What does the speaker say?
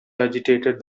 agitated